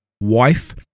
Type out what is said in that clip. wife